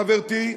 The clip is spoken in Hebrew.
חברתי,